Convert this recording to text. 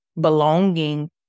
Belonging